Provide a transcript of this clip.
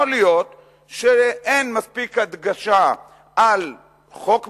יכול להיות שאין מספיק הדגשה על חוק מסוים,